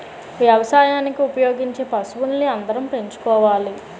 వ్యవసాయానికి ఉపయోగించే పశువుల్ని అందరం పెంచుకోవాలి